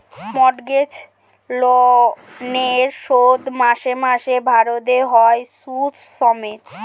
mortgage লোনের শোধ মাসে মাসে ভরতে হয় সুদ সমেত